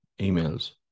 emails